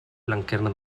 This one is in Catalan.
blanquerna